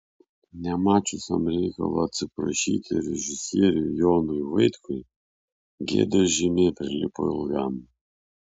nemačiusiam reikalo atsiprašyti režisieriui jonui vaitkui gėdos žymė prilipo ilgam